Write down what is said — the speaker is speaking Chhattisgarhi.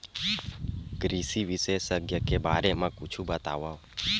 कृषि विशेषज्ञ के बारे मा कुछु बतावव?